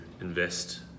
invest